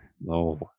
No